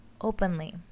openly